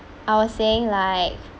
I was saying like